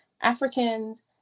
Africans